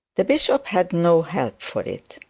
the bishop had no help for it.